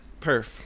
Perf